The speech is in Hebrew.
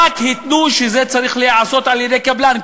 רק התנו שזה צריך להיעשות על-ידי קבלן.